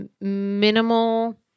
minimal